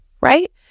right